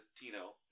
Latino